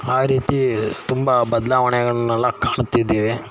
ಆ ರೀತಿ ತುಂಬ ಬದಲಾವಣೆಗಳ್ನೆಲ್ಲ ಕಾಣ್ತಿದ್ದೀವಿ